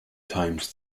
times